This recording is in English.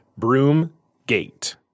Broomgate